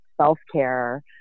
self-care